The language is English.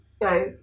go